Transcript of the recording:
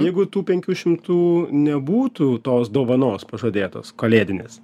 jeigu tų penkių šimtų nebūtų tos dovanos pažadėtos kalėdinės